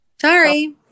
Sorry